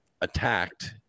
attacked